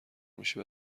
میشه